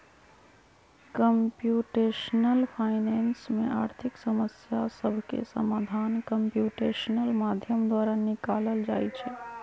computational finance में आर्थिक समस्या सभके समाधान कंप्यूटेशनल माध्यम द्वारा निकालल जाइ छइ